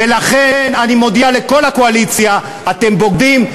לכן אני מודיע לכל הקואליציה: אתם בוגדים,